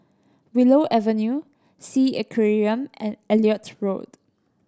Willow Avenue Sea Aquarium and Elliot Road